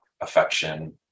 affection